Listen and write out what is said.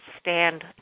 stand